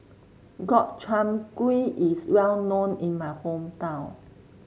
Gobchang Gui is well known in my hometown